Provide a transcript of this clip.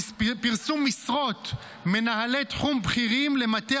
פרסום משרות מנהלי תחום בכירים למטה